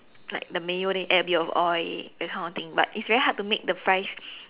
like the mayo then you add a bit of oil that kind of thing but it's very hard to make the fries